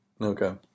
Okay